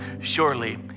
surely